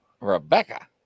Rebecca